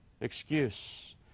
excuse